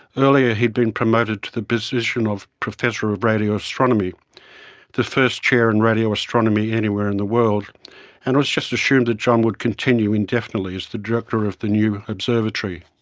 earlier he had been promoted to the position of professor of of radio astronomy the first chair in radio astronomy anywhere in the world and it was just assumed that john would continue indefinitely as the director of the new observatory.